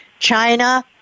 China